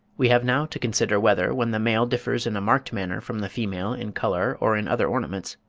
we have now to consider whether, when the male differs in a marked manner from the female in colour or in other ornaments,